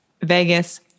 Vegas